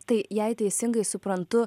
tai jei teisingai suprantu